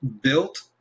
built